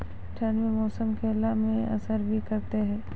ठंड के मौसम केला मैं असर भी करते हैं?